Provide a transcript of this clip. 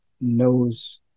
knows –